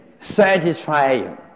satisfying